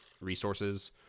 resources